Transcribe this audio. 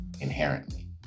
inherently